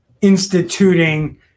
instituting